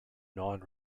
non